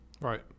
Right